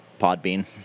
Podbean